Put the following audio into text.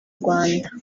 rwanda